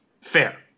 fair